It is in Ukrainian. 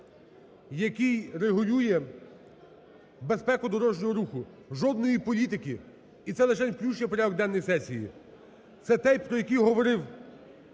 який регулює безпеку дорожнього руху, жодної політики і це лишень включення в порядок денний сесії. Це той, про який говорив